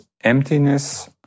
emptiness